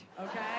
okay